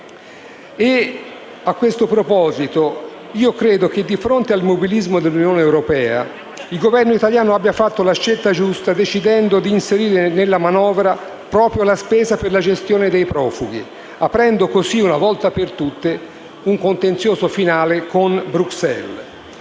A questo proposito, io credo che di fronte all'immobilismo dell'Unione europea, il Governo italiano abbia fatto la scelta giusta decidendo di inserire nella manovra proprio la spesa per la gestione dei profughi aprendo così, una volta per tutte, un contenzioso finale con Bruxelles.